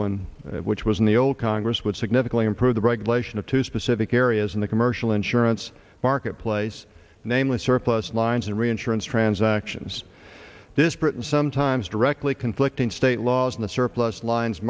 one which was in the old congress would significantly improve the regulation of two specific areas in the commercial insurance marketplace namely surplus lines and reinsurance transactions this britain sometimes directly conflicting state laws on the surplus lines